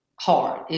hard